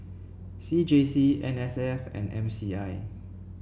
C J C N S F and M C I